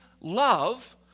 love